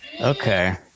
Okay